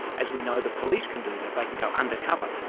as we know, the police can do that, they can go undercover,